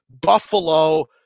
Buffalo